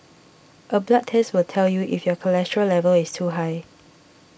a blood test will tell you if your cholesterol level is too high